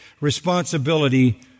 responsibility